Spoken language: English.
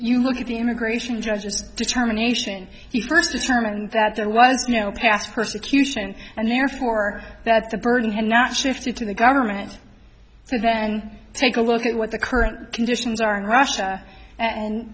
you look at the immigration judges determination he first determined that there was no past persecution and therefore that the burden had not shifted to the government so then take a look at what the current conditions are in russia and